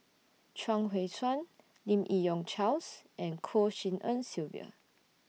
Chuang Hui Tsuan Lim Yi Yong Charles and Goh Tshin En Sylvia